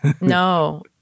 No